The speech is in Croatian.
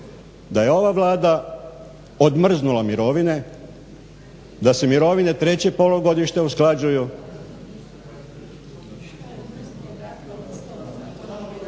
da je ova Vlada odmrznula mirovine, da se mirovine treće polugodište usklađuju…